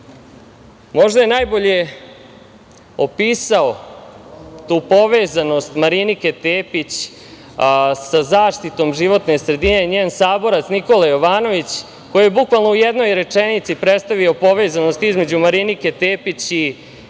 poena. Možda je najbolje opisao tu povezanost Marinike Tepić sa zaštitom životne sredine njen saboraca Nikola Jovanović koji je bukvalno u jednoj rečenici predstavio povezanost između Marinike Tepić i jednog